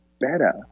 better